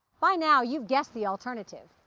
by now, you've guessed the alternative.